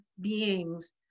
beings